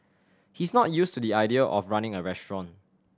he's not used to the idea of running a restaurant